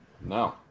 No